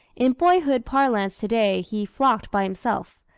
in boyhood parlance today, he flocked by himself,